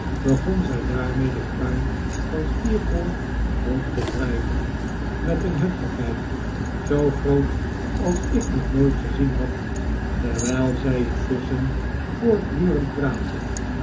begon zij daarmee de kruin van steerforth's hoofd te wrijven met een heftigheid zoo groot als ik nog nooit gezien had terwijl zij intusschen voortdurend praatte